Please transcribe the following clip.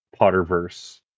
Potterverse